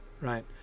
right